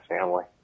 family